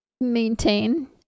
maintain